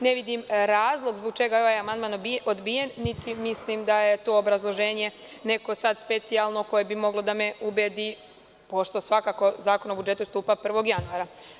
Ne vidim razlog zbog čega je ovaj amandman odbijen, niti mislim da je to obrazloženje neko specijalno, koje bi moglo da me ubedi, pošto svakako Zakon o budžetu stupa 1. januara.